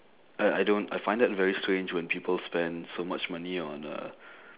I I don't I find that very strange when people spend so much money on a